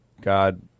God